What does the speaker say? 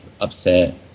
upset